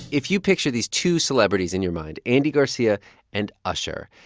if you picture these two celebrities in your mind, andy garcia and usher,